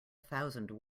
thousand